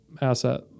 asset